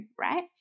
right